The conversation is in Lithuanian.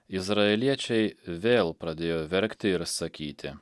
izraeliečiai vėl pradėjo verkti ir sakyti